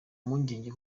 mpungenge